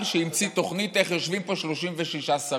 שהמציא תוכנית איך יושבים פה 36 שרים,